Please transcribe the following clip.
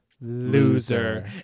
Loser